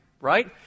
right